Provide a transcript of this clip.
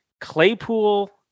Claypool